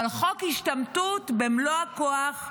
אבל חוק השתמטות במלוא הכוח,